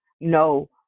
No